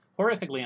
horrifically